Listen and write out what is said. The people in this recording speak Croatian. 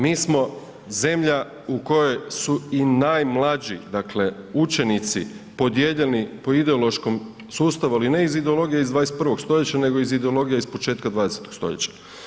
Mi smo zemlja u kojoj su i najmlađi, dakle učenici podijeljeni po ideološkom sustavu ali ne iz ideologije iz 21. stoljeća nego iz ideologije iz početka 20. stoljeća.